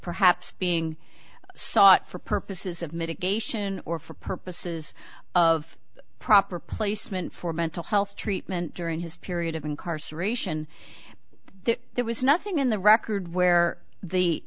perhaps being sought for purposes of mitigation or for purposes of proper placement for mental health treatment during his period of incarceration there was nothing in the record where the